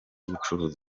gucuruza